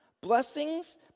Blessings